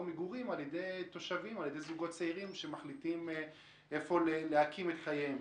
מגורים של זוגות צעירים שמחליטים איפה להקים את חייהם.